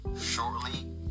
shortly